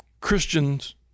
Christians